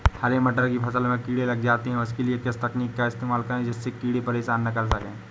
हरे मटर की फसल में कीड़े लग जाते हैं उसके लिए किस तकनीक का इस्तेमाल करें जिससे कीड़े परेशान ना कर सके?